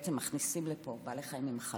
בעצם מכניסים לפה בעלי חיים עם מחלות,